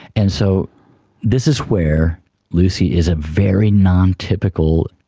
and so this is where lucy is a very non-typical,